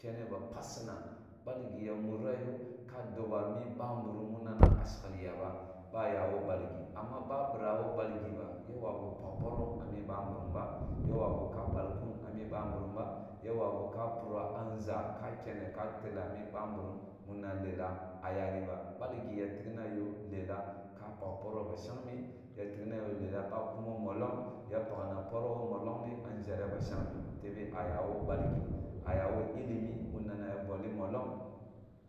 Kenah ba pasina, balgi ya mura yoh ka doba mi babirim munana ah shelli ya ba, ba ya woh balgi, amma ba bira woh balgiba ya wawupak poroh ah mi babirimba, ya wawu ka balkum ah mi babirmba, wawu ka poroh ah nzha ka keneh ka tellah ah mi babirim muna lelah ah yaniba balgi ya tikna yoh lelah ka pak poroh ba shengmeh, ya tikna yoh lelah ba kumo mollong, ya pakna poroh woh mollong, ya pakna poroh woh mollongri ah nzhareh ba shellengmeh tebe ah ya woh balgi, ah ya woh ilimi mu nana ya bolli mollong,